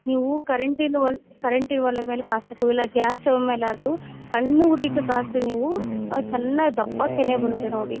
ನೀವು ಕರೆಂಟಿಂದು ಒಲೆ ಕರೆಂಟಿನ ಒಲೆ ಮೇಲೆ ಕಾಸಬೇಕು ಇಲ್ಲ ಗ್ಯಾಸ್ ಸ್ಟವ್ ಮೇಲೆ ಆದರು ಸಣ್ಣ ಉರಿ ಇಟ್ಟು ಕಾಸಿರಿ ನೀವು ಹಾಂ ಚೆನ್ನಾಗಿ ದಪ್ಪ ಕೆನೆ ಬರುತ್ತೆ ನೋಡಿ